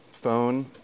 phone